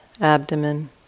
abdomen